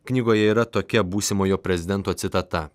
knygoje yra tokia būsimojo prezidento citata